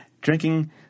drinking